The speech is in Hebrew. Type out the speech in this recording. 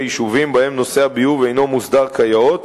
היישובים שבהם נושא הביוב אינו מוסדר כיאות